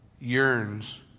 yearns